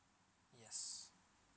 yes